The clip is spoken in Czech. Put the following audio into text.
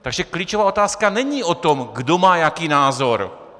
Takže klíčová otázka není o tom, kdo má jaký názor.